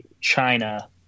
China